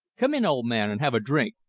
come in, old man, and have a drink.